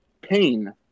pain